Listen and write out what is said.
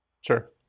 Sure